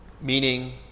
meaning